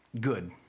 good